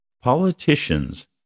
Politicians